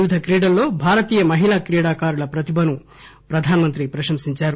వివిధ క్రీడల్లో భారతీయ మహిళా క్రీడాకారుల ప్రతిభను ప్రధానమంత్రి ప్రశంసించారు